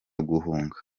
guhunga